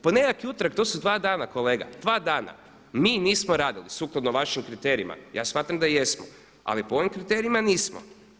Ponedjeljak i utorak, to su dva dana kolega, dva dana, mi nismo radili sukladno vašim kriterijima, ja smatram da jesmo, ali po ovim kriterijima nismo.